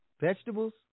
vegetables